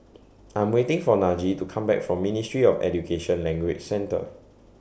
I'm waiting For Najee to Come Back from Ministry of Education Language Centre